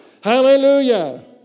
Hallelujah